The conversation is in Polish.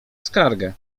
skargę